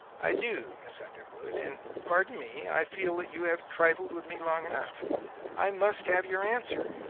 i do, miss underwood and, pardon me, i feel that you have trifled with me long enough i must have your answer.